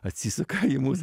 atsisuka į mus